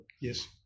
Yes